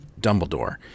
Dumbledore